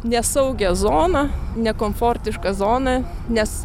nesaugią zoną nekomfortišką zoną nes